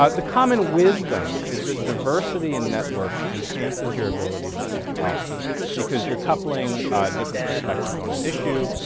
ah the common wisdom is that diversity and networks enhances your ability to solve problems because your coupling different perspectives on an issue,